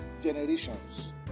generations